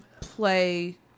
play